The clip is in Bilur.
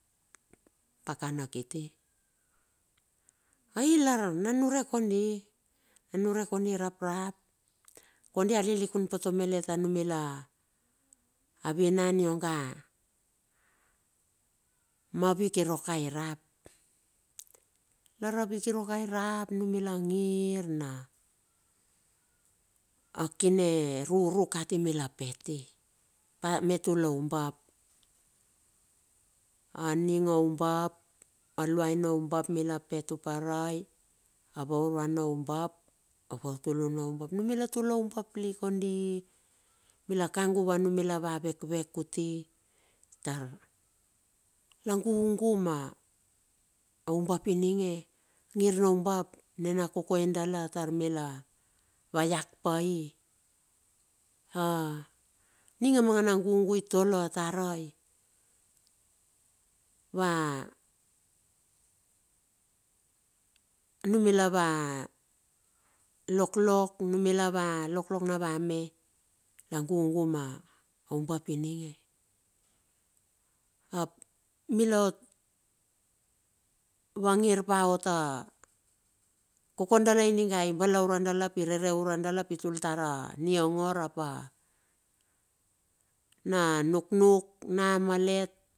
Pakana kiti. ai lar na niurek kondi na niurek kondi raprap, kondi a lilikun pote malet anumila vinan ionga ma wik irua ka irap. Lara wik irua ka irap, numila ngir na a kine ruru kati mila pet i, me tulo imbap, aning oumbap aluai noumbap mila pet tupere ei, a va ururai noubap, ava utul u noumbap, numila tulo umbap lik kondi. Mila kang guve numila a wetwet kuti tar, la gugu mo umbap ininge ngir noumba nena koke dala tar va iak pai. Aninga mangana gugu itolo a tarai, numila va loklok, numila wa loklok navome la gugu mo umbap ininge, ap milaot vangir paota kokoe dala ininga i balaure dala i rere ure dala ap tul tar a niongor ap a na nuknuk, ap na malet ma pakana kiti ailar na niurek kondi, na niurek kondi raprap.